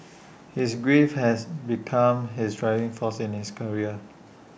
his grief has become his driving force in his career